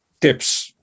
tips